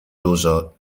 dużo